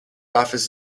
office